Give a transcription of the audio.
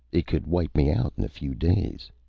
it could wipe me out in a few days.